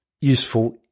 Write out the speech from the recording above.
useful